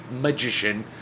magician